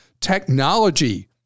technology